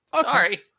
sorry